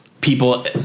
people